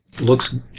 looks